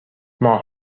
ماه